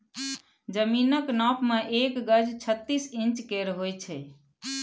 जमीनक नाप मे एक गज छत्तीस इंच केर होइ छै